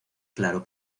claro